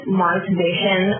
monetization